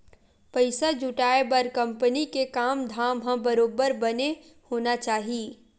पइसा जुटाय बर कंपनी के काम धाम ह बरोबर बने होना चाही